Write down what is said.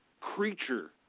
creature